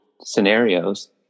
scenarios